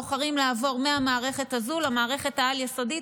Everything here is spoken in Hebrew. בוחרים לעבור מהמערכת הזו למערכת העל-יסודית,